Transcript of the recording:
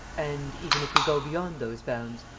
and even if we go beyond those bounds,